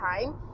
time